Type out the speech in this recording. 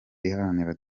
iharanira